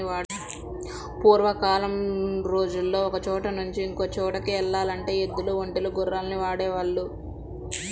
పూర్వకాలం రోజుల్లో ఒకచోట నుంచి ఇంకో చోటుకి యెల్లాలంటే ఎద్దులు, ఒంటెలు, గుర్రాల్ని వాడేవాళ్ళు